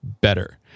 better